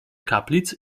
kaplic